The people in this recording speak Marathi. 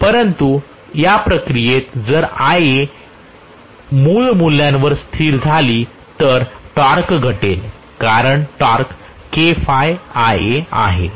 परंतु प्रक्रियेत जर Ia मूळ मूल्यावर स्थिर झाली तर टॉर्क घटेल कारण टॉर्क आहे